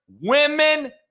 women